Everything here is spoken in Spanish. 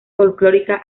folclórica